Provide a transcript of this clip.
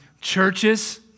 Churches